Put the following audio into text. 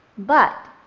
but